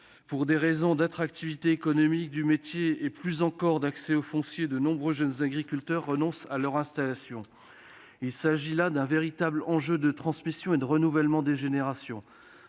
Pour des raisons d'attractivité économique du métier et plus encore d'accès au foncier, de nombreux jeunes agriculteurs renoncent à s'installer. Il s'agit d'un véritable enjeu de transmission et de renouvellement des générations.